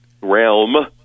realm